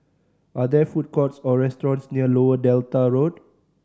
are there food courts or restaurants near Lower Delta Road